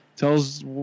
Tells